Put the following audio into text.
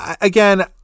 again